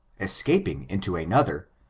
escaping into another,